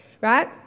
right